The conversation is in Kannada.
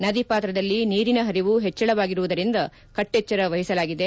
ನದಿ ಪಾತ್ರದಲ್ಲಿ ನೀರಿನ ಪರಿವು ಹೆಚ್ಚಳವಾಗಿರುವುದರಿಂದ ಕಟ್ಟಿಚ್ಚರವಹಿಸಲಾಗಿದೆ